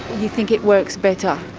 you think it works better?